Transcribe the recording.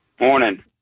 Morning